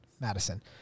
Madison